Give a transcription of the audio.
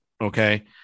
Okay